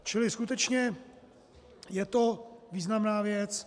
Čili skutečně je to významná věc.